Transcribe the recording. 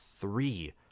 three